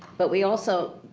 but we also.